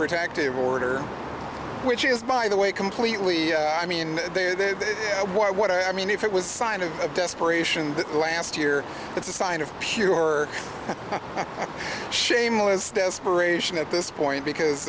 protective order which is by the way completely i mean what i mean if it was sign of a desperation that last year it's a sign of pure shameless desperation at this point because